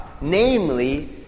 namely